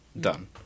done